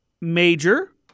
major